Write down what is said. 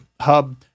hub